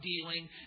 dealing